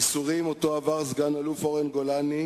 קראנו על הייסורים שעבר סגן-אלוף אורן כהן,